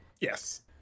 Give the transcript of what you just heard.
Yes